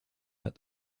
that